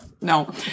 no